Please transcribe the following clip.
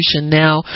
now